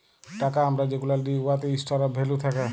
টাকা আমরা যেগুলা লিই উয়াতে ইস্টর অফ ভ্যালু থ্যাকে